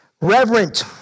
reverent